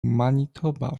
manitoba